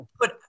put